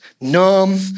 numb